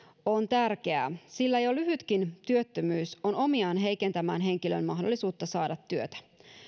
on tärkeää sillä jo lyhytkin työttömyys on omiaan heikentämään henkilön mahdollisuutta saada työtä